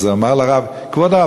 ואז האב אמר לרב: כבוד הרב,